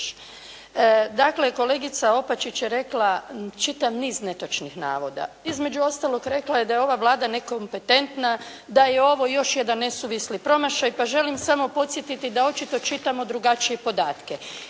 Dakle, kolegica Opačić je rekla, čitav niz netočnih navoda. Između ostaloga rekla je da je ova Vlada nekompetentna, da je ovo još jedan nesuvisli promašaj, pa želim samo podsjetiti da očito čitamo drugačije podatke